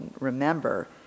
remember